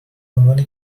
عنوان